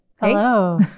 Hello